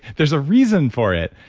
there's a reason for it.